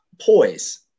Poise